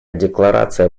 декларация